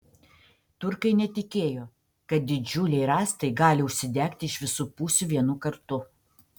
turkai netikėjo kad didžiuliai rąstai gali užsidegti iš visų pusių vienu kartu